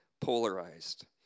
Polarized